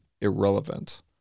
irrelevant